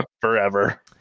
forever